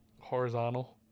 horizontal